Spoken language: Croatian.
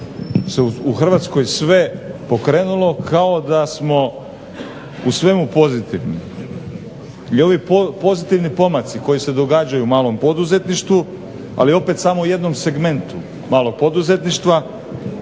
stvarno da se u Hrvatskoj sve pokrenulo, kao da smo u svemu pozitivni. I ovi pozitivni pomaci koji se događaju malom poduzetništvu, ali opet u samo jednom segmentu malog poduzetništva,